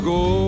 go